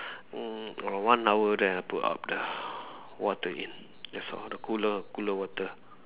mm one hour then I put up the water in that's all the cooler cooler water